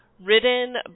written